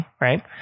Right